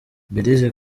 belise